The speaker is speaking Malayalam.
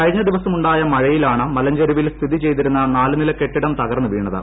കഴിഞ്ഞ ദിവസമുണ്ടായ മഴയിലാണ് മലഞ്ചരുവിൽ സ്ഥിതി ചെയ്തിരുന്ന നാലുനില കെട്ടിടം തകർന്ന് വീണത്